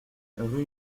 rue